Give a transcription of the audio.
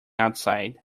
outside